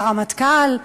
היה רמטכ"ל,